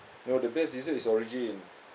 no the best dessert is origin